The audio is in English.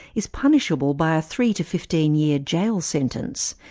is punishable by a three to fifteen year jail sentence,